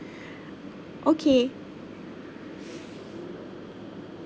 okay